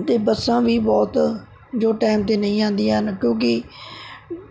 ਅਤੇ ਬੱਸਾਂ ਵੀ ਬਹੁਤ ਜੋ ਟਾਇਮ 'ਤੇ ਨਹੀ ਆਉਂਦੀਆਂ ਹਨ ਕਿਉਂਕਿ